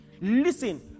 listen